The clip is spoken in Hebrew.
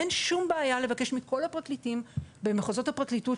אין שום בעיה לבקש מכול הפרקליטים במחוזות הפרקליטות,